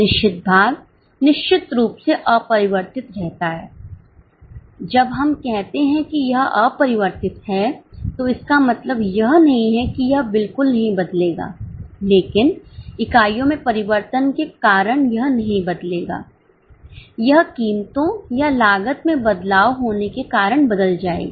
निश्चित भाग निश्चित रूप से अपरिवर्तित रहता है जब हम कहते हैं कि यह अपरिवर्तित है तो इसका मतलब यह नहीं है कि यह बिल्कुल नहीं बदलेगा लेकिन इकाइयों में परिवर्तन के कारण यह नहीं बदलेगा यह कीमतों या लागत में बदलाव होने के कारण बदल जाएगा